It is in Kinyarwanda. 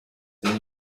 ese